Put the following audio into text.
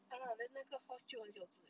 !hanna! then 那个 horse 很小子 eh